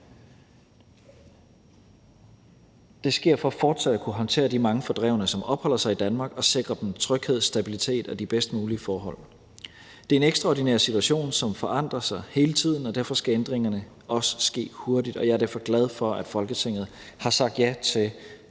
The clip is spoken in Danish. Det sker for fortsat at kunne håndtere de mange fordrevne, som opholder sig i Danmark, og sikre dem tryghed, stabilitet og de bedst mulige forhold. Det er en ekstraordinær situation, som forandrer sig hele tiden, og derfor skal ændringerne også ske hurtigt, og jeg er derfor glad for, at Folketinget har sagt ja til